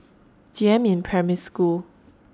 Jiemin Primary School